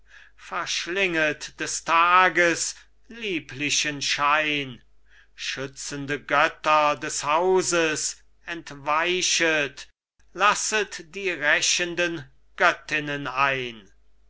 verschlinget des tages lieblichen schein schützende götter des hauses entweichet lasst die rächenden göttinnen ein